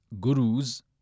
Gurus